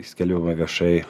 skelbimą viešai